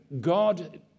god